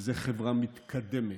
זו חברה מתקדמת.